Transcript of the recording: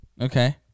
Okay